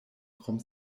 krom